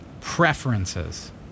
Preferences